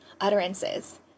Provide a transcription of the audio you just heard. utterances